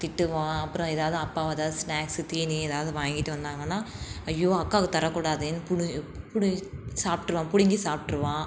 திட்டுவான் அப்புறம் ஏதாவது அப்பா ஏதாவது ஸ்நாக்ஸு தீனி ஏதாவது வாங்கிட்டு வந்தாங்கன்னா ஐயோ அக்காவுக்கு தர கூடாதேன்னு பிடுங்கி பிடுங்கி சாப்பிட்டுருவான் பிடுங்கி சாப்பிட்டுருவான்